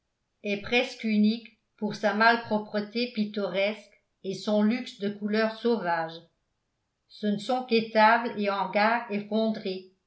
est presque unique pour sa malpropreté pittoresque et son luxe de couleurs sauvages ce ne sont qu'étables et hangars effondrés